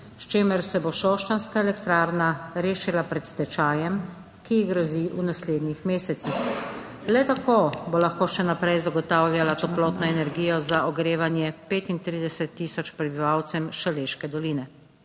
s čimer se bo šoštanjska elektrarna rešila pred stečajem, ki ji grozi v naslednjih mesecih. Le tako bo lahko še naprej zagotavljala toplotno energijo za ogrevanje 35 tisoč prebivalcev Šaleške doline.